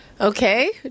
Okay